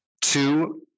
Two